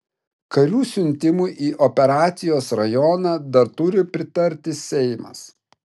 karių siuntimui į operacijos rajoną dar turi pritarti seimas